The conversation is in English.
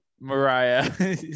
Mariah